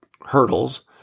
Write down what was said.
hurdles